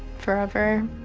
forever.